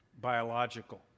biological